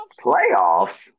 Playoffs